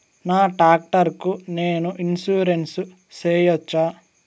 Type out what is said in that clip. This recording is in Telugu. నా టాక్టర్ కు నేను ఇన్సూరెన్సు సేయొచ్చా?